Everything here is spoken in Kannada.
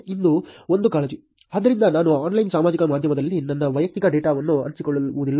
ಇದು ಒಂದು ಕಾಳಜಿ ಆದ್ದರಿಂದ ನಾನು ಆನ್ಲೈನ್ ಸಾಮಾಜಿಕ ಮಾಧ್ಯಮದಲ್ಲಿ ನನ್ನ ವೈಯಕ್ತಿಕ ಡೇಟಾವನ್ನು ಹಂಚಿಕೊಳ್ಳುವುದಿಲ್ಲ